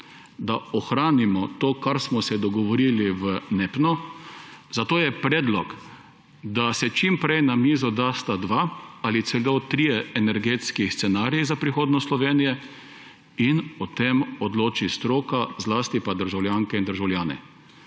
da ohranimo to, kar smo se dogovorili v NEPN-u, zato je predlog, da se čim prej na mizo dasta dva ali celo trije energetski scenariji za prihodnost Slovenije in o tem odloči stroka, zlasti pa državljanke in državljani.